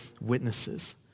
witnesses